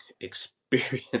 experience